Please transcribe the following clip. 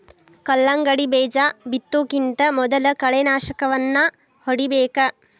ಕಲ್ಲಂಗಡಿ ಬೇಜಾ ಬಿತ್ತುಕಿಂತ ಮೊದಲು ಕಳೆನಾಶಕವನ್ನಾ ಹೊಡಿಬೇಕ